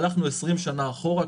הלכנו 20 שנה אחורה,